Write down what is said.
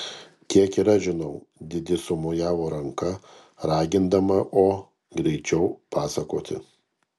tiek ir aš žinau didi sumojavo ranka ragindama o greičiau pasakoti